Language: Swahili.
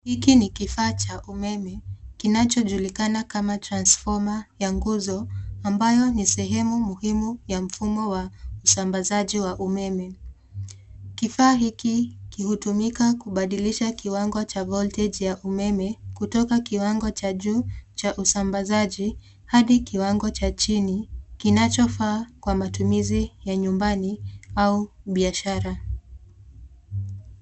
Hiki ni kifaa cha umeme kinachojulikana kama transformer ya nguzo, ambayo ni sehemu muhimu ya mfumo wa usambazaji wa umeme. Kifaa hiki hutumika kubadilisha kiwango cha voltage ya umeme kutoka kiwango cha juu cha usambazaji hadi kiwango cha chini, kinachofaa kwa matumizi ya nyumbani au biashara.